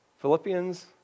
Philippians